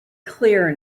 clear